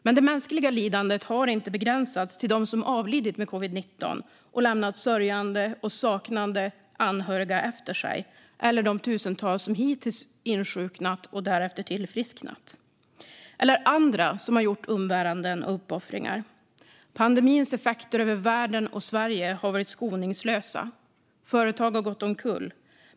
Men det mänskliga lidandet har inte begränsats till dem som avlidit i covid-19 och lämnat sörjande och saknande anhöriga efter sig, till de tusentals som insjuknat och hittills tillfrisknat eller till andra som lidit umbäranden och gjort uppoffringar. Pandemins effekter i världen och i Sverige har varit skoningslösa. Företag har gått omkull.